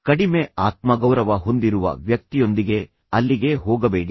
ಕಡಿಮೆ ಆತ್ಮಗೌರವ ಹೊಂದಿರುವ ವ್ಯಕ್ತಿಯೊಂದಿಗೆ ಅಲ್ಲಿಗೆ ಹೋಗಬೇಡಿ